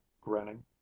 grinning